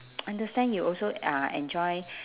understand you also uh enjoy